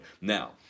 now